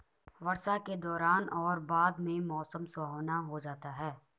वर्षा के दौरान और बाद में मौसम सुहावना हो जाता है